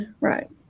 Right